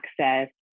access